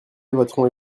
voteront